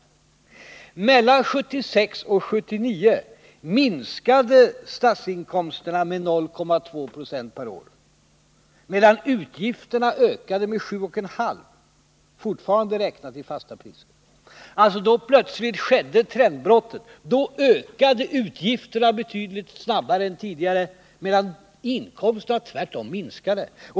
Mellan 1976 och 1979 minskade statsinkomsterna med 0,2 90 per år, medan utgifterna ökade med 7,5 96, fortfarande räknat i fasta priser. Då plötsligt kom trendbrottet. Då ökade utgifterna betydligt snabbare än tidigare, medan inkomsterna tvärtom minskade.